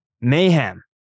mayhem